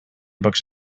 books